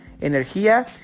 energía